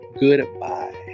goodbye